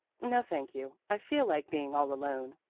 no, thank you. i feel like being all alone.